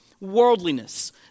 worldliness